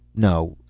no,